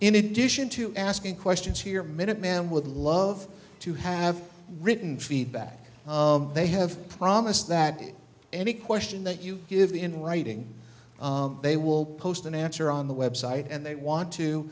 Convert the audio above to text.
in addition to asking questions here minuteman would love to have written feedback they have promised that any question that you give me in writing they will post an answer on the website and they want to